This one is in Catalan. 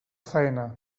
faena